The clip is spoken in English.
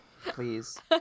Please